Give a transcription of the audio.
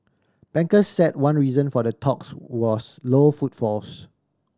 bankers said one reason for the talks was low footfalls